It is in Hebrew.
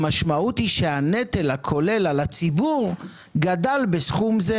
המשמעות היא שהנטל הכולל על הציבור גדל בסכום זה.